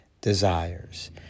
desires